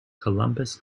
columbus